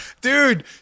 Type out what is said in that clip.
Dude